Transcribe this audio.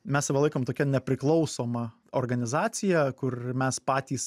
mes save laikom tokia nepriklausoma organizacija kur mes patys